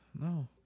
no